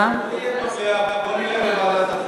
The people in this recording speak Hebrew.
למה ועדת הפנים?